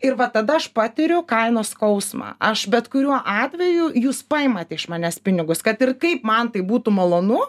ir va tada aš patiriu kainos skausmą aš bet kuriuo atveju jūs paimate iš manęs pinigus kad ir kaip man tai būtų malonu